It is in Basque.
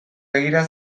begira